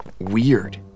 Weird